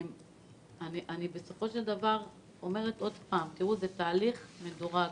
אני אומרת עוד פעם: זה תהליך מדורג.